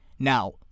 Now